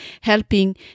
helping